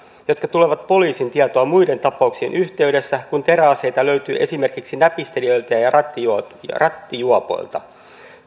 jotka tulevat poliisin tietoon muiden tapauksien yhteydessä kun teräaseita löytyy esimerkiksi näpistelijöiltä ja rattijuopoilta ja rattijuopoilta